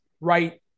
right